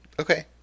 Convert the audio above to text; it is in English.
Okay